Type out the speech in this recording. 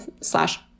slash